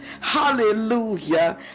hallelujah